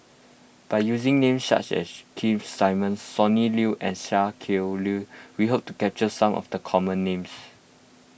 by using names such as Keith Simmons Sonny Liew and Sia Kah Lui we hope to capture some of the common names